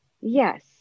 Yes